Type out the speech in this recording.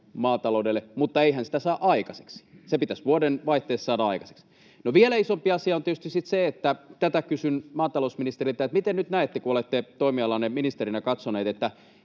maataloudelle, mutta ei hän saa sitä aikaiseksi. Se pitäisi vuodenvaihteessa saada aikaiseksi. No, vielä isompi asia on tietysti sitten se — tätä kysyn maatalousministeriltä — miten nyt näette, kun olette toimialanne ministerinä katsonut: eikö